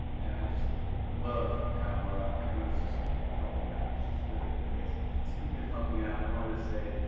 and i just love how ah everyone's just helping out. it's just really amazing. speaking of helping out, i wanted to say,